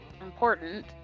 important